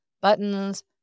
buttons